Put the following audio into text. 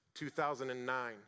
2009